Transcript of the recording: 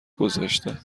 گذاشته